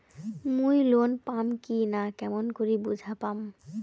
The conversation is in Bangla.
মুই লোন পাম কি না কেমন করি বুঝা পাম?